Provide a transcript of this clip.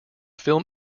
film